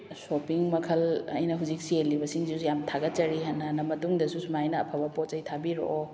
shopping ꯃꯈꯜ ꯑꯩꯅ ꯍꯧꯖꯤꯛ ꯆꯦꯜꯂꯤꯕꯁꯤꯡꯁꯤꯁꯨ ꯌꯥꯝꯅ ꯊꯥꯒꯠꯆꯔꯤ ꯍꯟꯅ ꯍꯟꯅ ꯃꯇꯨꯡꯗꯁꯨ ꯁꯨꯃꯥꯏꯅ ꯑꯐꯕ ꯄꯣꯠꯆꯩ ꯊꯥꯕꯤꯔꯛꯑꯣ